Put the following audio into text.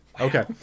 Okay